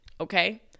Okay